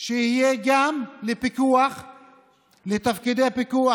שיהיו גם לתפקידי פיקוח,